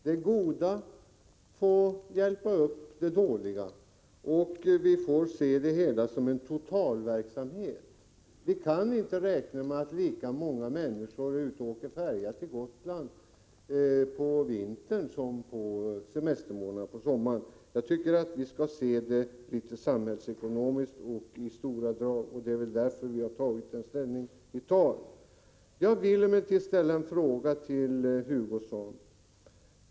Det goda får hjälpa upp det dåliga, och man får se det hela som en total verksamhet. Vi kan inte räkna med att lika många människor är ute och åker färja till Gotland på vintern som under semestermånaderna på sommaren. Jag tycker att vi skall se det litet mer samhällsekonomiskt och i större drag. Det är därför vi har intagit den ställning vi har. Jag vill emellertid ställa en fråga till herr Hugosson.